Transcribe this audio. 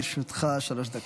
בבקשה, לרשותך שלוש דקות.